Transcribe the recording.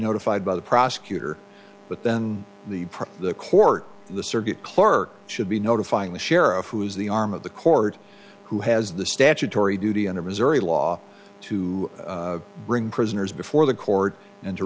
notified by the prosecutor but then the press the court the circuit clerk should be notifying the sheriff who is the arm of the court who has the statutory duty under missouri law to bring prisoners before the court and to